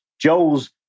Joel's